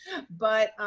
but